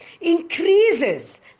increases